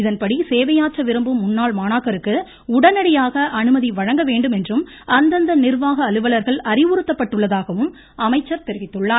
இதன்படி சேவையாற்ற விரும்பும் முன்னாள் மாணாக்கருக்கு உடனடியாக அனுமதி வழங்க வேண்டும் என்றும் அறிவுறுத்தப்பட்டுள்ளதாகவும் அமைச்சர் தெரிவித்துள்ளார்